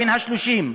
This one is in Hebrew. בן ה-30,